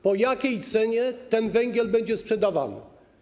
Po jakiej cenie ten węgiel będzie sprzedawany?